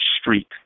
street